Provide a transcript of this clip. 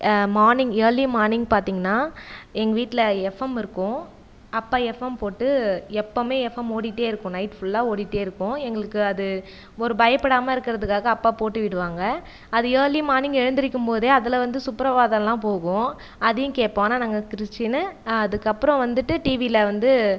morning early morning பார்த்தீங்கனா எங்கள் வீட்டில் எஃப்ஃபம் இருக்கும் அப்பா எஃப்ஃபம் போட்டு எப்பவுமே எஃப்ஃபம் ஓடிட்டேயிருக்கும் நைட் ஃபுல்லாக ஒடிட்டேயிருக்கும் எங்களுக்கு அது ஒரு பயப்படாமல் இருக்கிறதுக்காக அப்பா போட்டுவிடுவாங்க அது ஏர்லி மார்னிங் எழுந்திரிக்கும் போதே அதில் வந்து சுப்ரபாதம்லாம் போகும் அதையும் கேட்போம் ஆனால் நாங்கள் கிறிஸ்டியின்னு அதுக்கப்பறம் வந்துட்டு டிவியில் வந்து